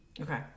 Okay